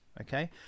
Okay